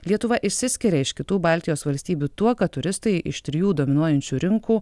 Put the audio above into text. lietuva išsiskiria iš kitų baltijos valstybių tuo kad turistai iš trijų dominuojančių rinkų